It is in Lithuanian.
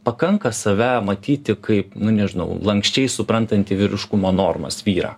pakanka save matyti kaip nu nežinau lanksčiai suprantantį vyriškumo normas vyrą